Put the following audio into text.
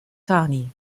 thani